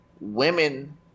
women